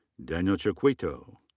daniel chiquito.